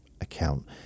account